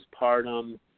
postpartum